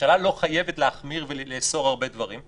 הממשלה לא חייבת להחמיר ולאסור הרבה דברים.